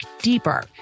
deeper